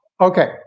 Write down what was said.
Okay